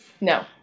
No